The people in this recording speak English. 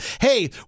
hey